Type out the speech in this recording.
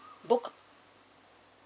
book